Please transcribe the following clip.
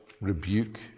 rebuke